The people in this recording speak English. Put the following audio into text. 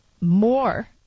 more